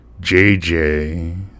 JJ